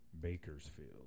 Bakersfield